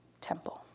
temple